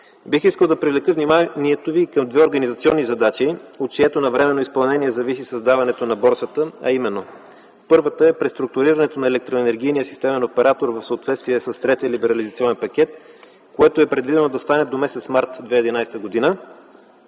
Бих искал да привлека вниманието Ви към две организационни задачи, от чието навременно изпълнение зависи създаването на борсата, а именно: Първата е преструктурирането на Електроенергийния системен оператор в съответствие с третия либерализационен пакет, което е предвидено да стане до м. март 2011 г.